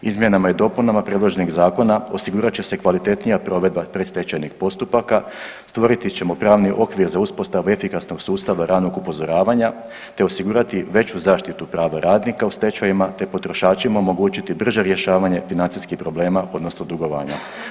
Izmjenama i dopunama predloženih zakona osigurat će kvalitetnija provedba predstečajnih postupaka, stvoriti ćemo pravni okvir za uspostavu efikasnog sustava ranog upozoravanja te osigurati veću zaštitu prava radnika u stečajima te potrošačima omogućiti brže rješavanje financijski problema odnosno dugovanja.